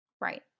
Right